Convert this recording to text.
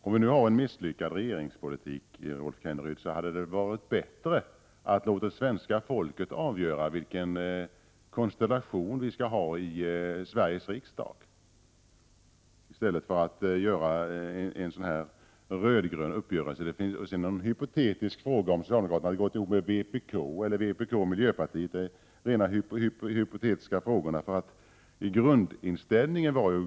Herr talman! Om regeringspolitiken är misslyckad, Rolf Kenneryd, hade det väl varit bättre att låta svenska folket avgöra vilken konstellation vi skall ha i Sveriges riksdag, i stället för att åstadkomma en sådan här röd-grön uppgörelse. Att sedan ställa hypotetiska frågor om hur det skulle ha blivit om socialdemokraterna hade gått samman med vpk eller med vpk och miljöpartiet leder ingenstans.